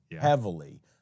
heavily